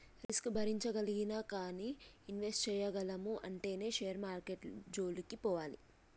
risk భరించగలిగినా గానీ invest చేయగలము అంటేనే షేర్ మార్కెట్టు జోలికి పోవాలి